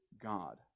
God